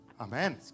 Amen